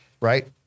right